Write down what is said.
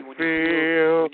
feel